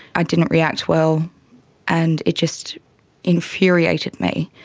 i didn't react well and it just infuriated me.